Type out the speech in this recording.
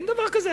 אין דבר כזה.